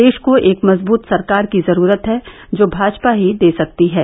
देष को एक मजबूत सरकार की जरूरत है जो भाजपा ही दे सकती हे